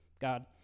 God